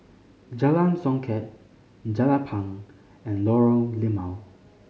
Jalan Songket Jelapang and Lorong Limau